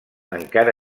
encara